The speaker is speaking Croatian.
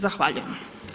Zahvaljujem.